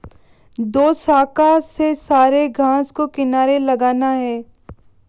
दोशाखा से सारे घास को किनारे लगाना है